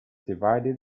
divided